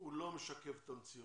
הוא לא משקף את המציאות,